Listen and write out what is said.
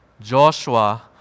Joshua